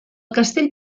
castell